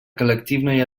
коллективной